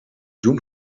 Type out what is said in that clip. doen